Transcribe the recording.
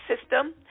system